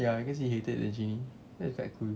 ya cause he hated the genie so it's like quite cool